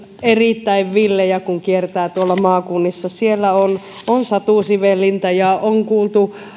erittäin villejä ideoita kun kiertää tuolla maakunnissa siellä on on satusivellintä ja on kuultu